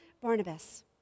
Barnabas